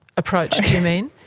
approached, do you mean?